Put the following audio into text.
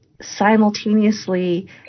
simultaneously